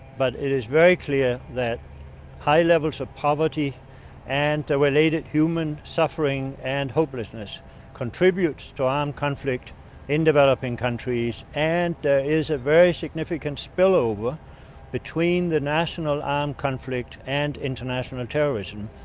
but it is very clear that high levels of poverty and the related human suffering and hopelessness contributes to armed conflict in developing countries and is a very significant spill over between the national armed conflict and international terrorism.